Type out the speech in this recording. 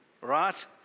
right